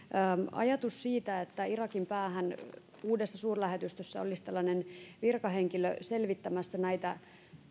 ajatus siitä että irakin päässä uudessa suurlähetystössä olisi tällainen virkahenkilö selvittämässä näitä